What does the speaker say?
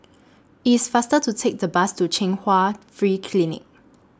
IT IS faster to Take The Bus to Chung Hua Free Clinic